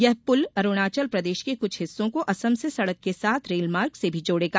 यह पुल अरूणाचल प्रदेश के कुछ हिस्सों को असम से सड़क के साथ रेलमार्ग से भी जोड़ेगा